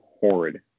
horrid